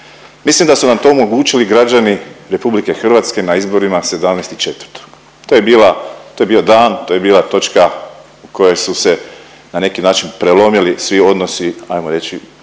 Mislim da su vam to omogućili građani RH na izborima 17.4., to je bila, to je bio dan, to je bila točka koje su se na neki način prelomili svi odnosi ajmo reći